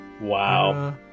Wow